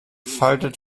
faltet